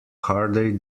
harder